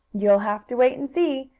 you'll have to wait and see,